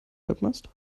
halbmast